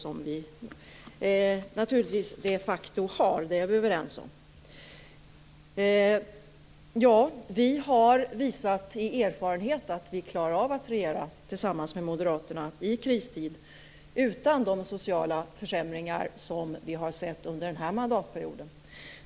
Det har vi naturligtvis de facto - det är vi överens om. Ja, vi har erfarenhet av att regera tillsammans med Moderaterna, och vi har visat att vi klarar det i kristid utan de sociala försämringar som vi har sett under den här mandatperioden.